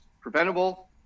preventable